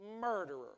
murderer